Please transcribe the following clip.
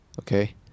okay